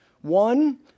one